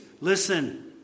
listen